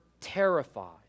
terrified